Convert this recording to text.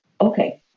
Okay